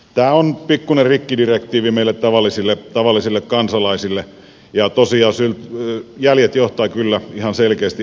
tämä on pikkunen rikkidirektiivi meille tavallisille kansalaisille ja tosiaan jäljet johtavat kyllä ihan selkeästi edelliselle hallituskaudelle